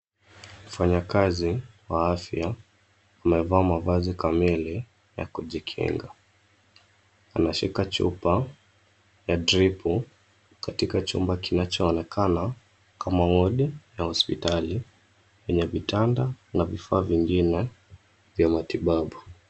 Mfanyakazi wa afya amevaa mavazi kamili ya kujikinga. Anashika chupa ya dripu katika chumba kinachoonekana kama ward ya hospitali yenye vitanda na vifaa vingine vya matibabu.